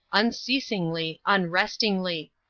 unceasingly, unrestingly.